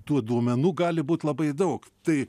tų duomenų gali būt labai daug tai